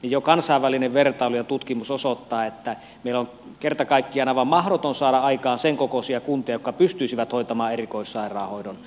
jo kansainvälinen vertailu ja tutkimus osoittavat että meillä on kerta kaikkiaan aivan mahdotonta saada aikaan sen kokoisia kuntia jotka pystyisivät hoitamaan erikoissairaanhoidon